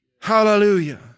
Hallelujah